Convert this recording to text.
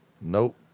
Nope